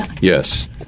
Yes